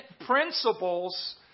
principles